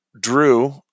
Drew